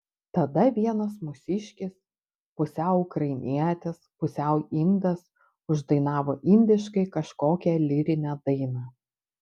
tada vienas mūsiškis pusiau ukrainietis pusiau indas uždainavo indiškai kažkokią lyrinę dainą